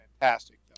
fantastic